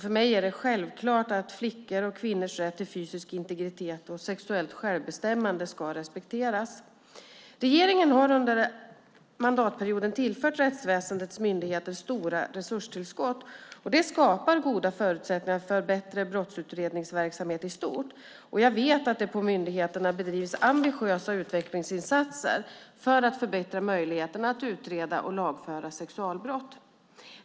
För mig är det självklart att flickors och kvinnors rätt till fysisk integritet och sexuellt självbestämmande ska respekteras. Regeringen har under mandatperioden tillfört rättsväsendets myndigheter stora resurstillskott. Detta skapar goda förutsättningar för en bättre brottsutredningsverksamhet i stort. Jag vet att det på myndigheterna bedrivs ambitiösa utvecklingsinsatser för att förbättra möjligheterna att utreda och lagföra sexualbrott.